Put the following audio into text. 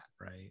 Right